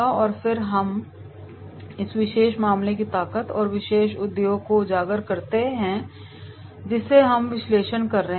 और फिर हम इस विशेष मामले की ताकत और विशेष उद्योग को उजागर करते हैं जिसे हम विश्लेषण कर रहे हैं